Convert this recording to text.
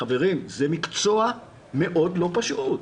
חברים, זה מקצוע מאוד לא פשוט.